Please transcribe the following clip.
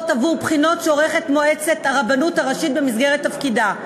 עבור בחינות שעורכת מועצת הרבנות הראשית במסגרת תפקידה.